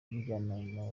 amujyana